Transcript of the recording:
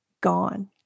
gone